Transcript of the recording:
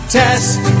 test